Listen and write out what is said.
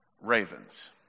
ravens